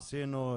עשינו,